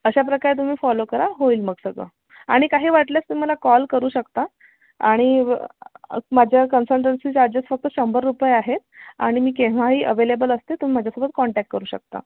अशा प्रकारे तुम्ही फॉलो करा होईल मग सगळं आणि काही वाटल्यास तुम्ही मला कॉल करू शकता आणि माझ्या कन्सन्टंसी चार्जेस फक्त शंभर रुपये आहे आणि मी केव्हाही अव्हेलेबल असते तुम्ही माझ्यासोबत कॉन्टॅक करू शकता